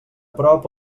prop